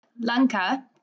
Lanka